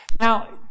Now